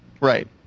Right